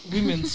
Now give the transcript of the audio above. Women